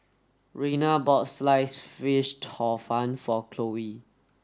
Raina bought Sliced Fish Hor Fun for Khloe